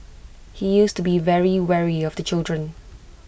he used to be very wary of the children